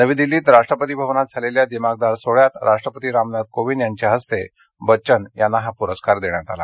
नवी दिल्लीत राष्ट्रपती भवनात झालेल्या दिमाखदार सोहळ्यात राष्ट्रपती रामनाथ कोविंद यांच्या हस्ते बच्चन यांना पुरस्कार प्रदान करण्यात आला